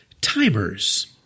timers